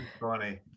funny